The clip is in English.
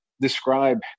Describe